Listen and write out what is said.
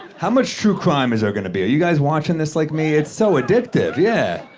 how much true crime is there gonna be? are you guys watching this like me? it's so addictive, yeah.